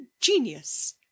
genius